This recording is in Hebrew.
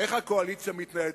איך הקואליציה מתנהלת.